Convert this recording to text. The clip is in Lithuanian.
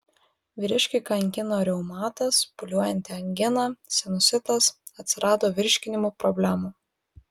vyriškį kankino reumatas pūliuojanti angina sinusitas atsirado virškinimo problemų